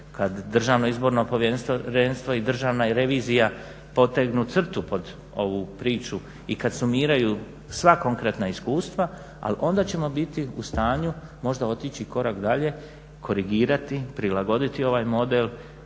saberu sva izvješća, kad DIP i Državna revizija potegnu crtu pod ovu priču i kad sumiraju sva konkretna iskustva ali onda ćemo biti u stanju možda otići i korak dalje korigirati, prilagoditi ovaj model